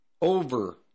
over